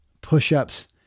push-ups